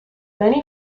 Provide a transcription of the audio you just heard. many